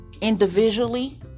individually